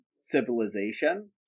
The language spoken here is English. civilization